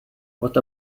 what